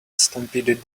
stampeded